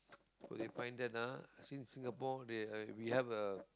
you find that ah since Singapore we have a